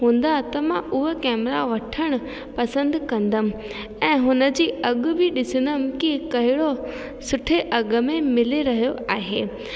हूंदा त मां उहो कैमरा वठणु पसंदि कंदमि ऐं हुन जी अघ बि ॾिसंदमि कि कहिड़ो सुठे अघ में मिली रहियो आहे